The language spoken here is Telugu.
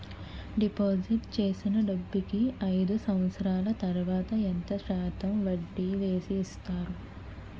డిపాజిట్ చేసిన డబ్బుకి అయిదు సంవత్సరాల తర్వాత ఎంత శాతం వడ్డీ వేసి ఇస్తారు?